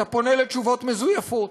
אתה פונה לתשובות מזויפות.